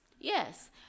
Yes